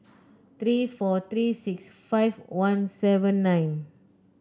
three four three six five one seven nine